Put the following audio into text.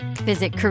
Visit